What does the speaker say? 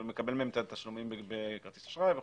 הוא מקבל מהם את התשלומים בכרטיס אשראי וכו'.